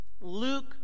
Luke